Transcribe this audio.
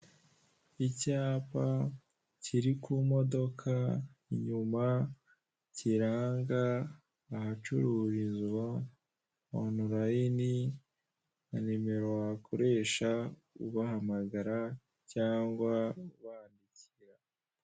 Icyapa kiri ku modoka inyuma, kiranga ahacururizwa online na nimero wakoresha ubahamagara cyangwa ubandikira.